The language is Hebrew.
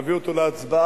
נביא אותו להצבעה,